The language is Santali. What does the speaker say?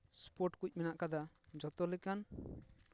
ᱥᱯᱳᱨᱴ ᱠᱚ ᱢᱮᱱᱟᱜ ᱠᱟᱫᱟ ᱡᱚᱛᱚ ᱞᱮᱠᱟᱱ